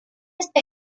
está